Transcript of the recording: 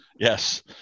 Yes